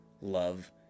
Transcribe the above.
love